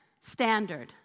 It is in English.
standard